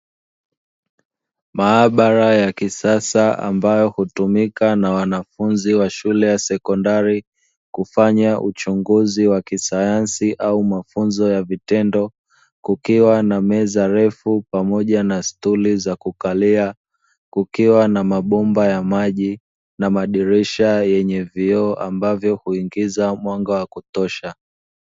Maabara ya kisasa ambayo hutumika na wanafunzi wa shule ya sekondari, kufanya uchunguzi wa kisayansi au mafunzo ya vitendo, kukiwa na meza refu pamoja na sturi za kukalia, kukiwa na mabomba ya maji na madirisha yenye vioo ambayo huingiza mwanga wa kutosha.